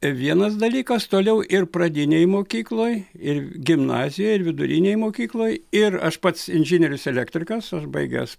vienas dalykas toliau ir pradinėj mokykloj ir gimnazijoj ir vidurinėj mokykloj ir aš pats inžinierius elektrikas aš baigęs